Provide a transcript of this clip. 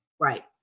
Right